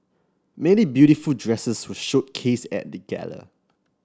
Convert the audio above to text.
many beautiful dresses were showcased at the gala